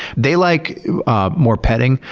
they like ah more petting.